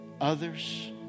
others